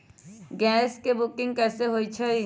Gas के booking कैसे होईछई?